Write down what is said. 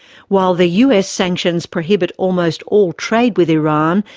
while the us sanctions prohibit almost all trade with iran,